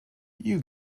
you